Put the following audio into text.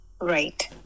Right